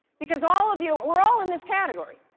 because all of you we're all in this category.